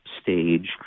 stage